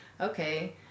Okay